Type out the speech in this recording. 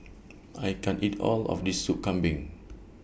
I can't eat All of This Sup Kambing